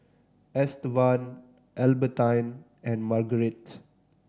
Estevan Albertine and Marguerite